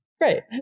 Right